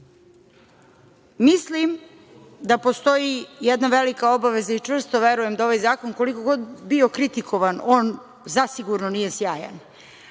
Srbiji. Mislim da postoji jedna velika obaveza i čvrsto verujem da ovaj zakon, koliko god bio kritikovan, on zasigurno nije sjajan,